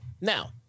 Now